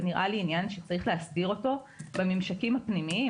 זה נראה לי עניין שצריך להסדיר אותו בממשקים הפנימיים,